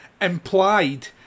implied